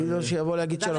תגידי לו שיבוא להגיד שלום.